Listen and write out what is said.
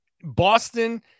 Boston –